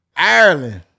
Ireland